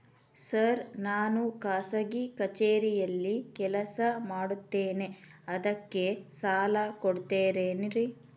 Sir ನಾನು ಖಾಸಗಿ ಕಚೇರಿಯಲ್ಲಿ ಕೆಲಸ ಮಾಡುತ್ತೇನೆ ಅದಕ್ಕೆ ಸಾಲ ಕೊಡ್ತೇರೇನ್ರಿ?